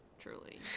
truly